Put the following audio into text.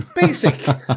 basic